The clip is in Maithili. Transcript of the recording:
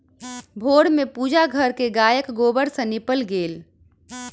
भोर में पूजा घर के गायक गोबर सॅ नीपल गेल